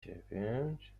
dziewięć